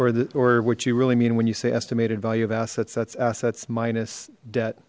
or the or what you really mean when you say estimated value of assets that's assets minus debt